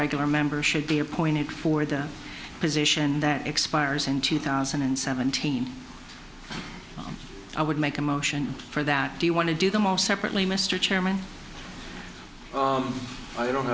regular member should be appointed for the position that expires in two thousand and seventeen i would make a motion for that do you want to do them all separately mr chairman i don't